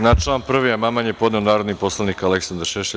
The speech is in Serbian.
Na član 1. amandman je podneo narodni poslanik Aleksandar Šešelj.